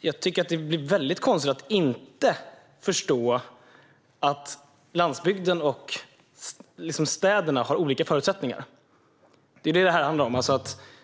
Jag tycker att det är väldigt konstigt att inte förstå att landsbygden och städerna har olika förutsättningar. Det är vad det handlar om här.